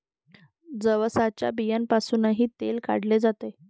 जवसाच्या बियांपासूनही तेल काढले जाते